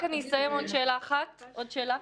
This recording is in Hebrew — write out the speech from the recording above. אני רק אסיים עוד שאלה אחת --- כן,